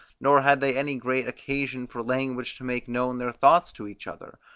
nor had they any great occasion for language to make known their thoughts to each other.